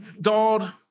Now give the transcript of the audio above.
God